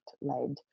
led